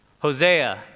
Hosea